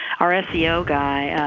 our seo guy,